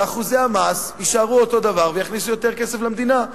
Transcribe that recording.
ואחוזי המס יישארו אותו הדבר ויכניסו יותר כסף למדינה.